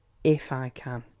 if i can.